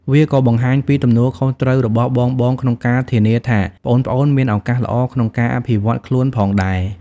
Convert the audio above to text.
វាក៏បង្ហាញពីទំនួលខុសត្រូវរបស់បងៗក្នុងការធានាថាប្អូនៗមានឱកាសល្អក្នុងការអភិវឌ្ឍខ្លួនផងដែរ។